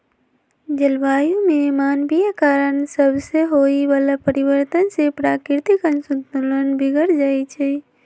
जलवायु में मानवीय कारण सभसे होए वला परिवर्तन से प्राकृतिक असंतुलन बिगर जाइ छइ